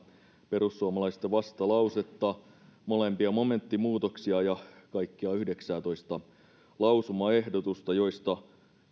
perussuomalaisten vastalausetta molempia momenttimuutoksia ja kaikkia yhdeksäätoista lausumaehdotusta joista